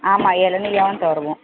ஆமாம் இளநீலாம் தருவோம்